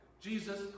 Jesus